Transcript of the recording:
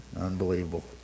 Unbelievable